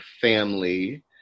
family